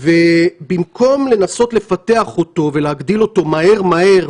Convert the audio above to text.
ובמקום לנסות לפתח אותו ולהגדיל אותו מהר מהר,